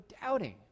doubting